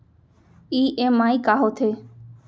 EMI का होथे?